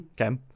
Okay